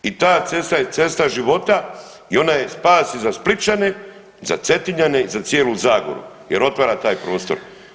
I ta cesta je cesta života i ona je spas i za Splićane, za Cetinjane i za cijelu Zagoru jer otvara taj prostor.